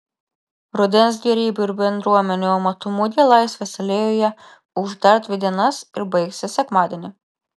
rudens gėrybių ir bendruomenių amatų mugė laisvės alėjoje ūš dar dvi dienas ir baigsis sekmadienį